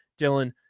Dylan